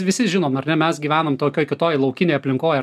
visi žinom ar ne mes gyvenom tokioj kitoj laukinėj aplinkoj ar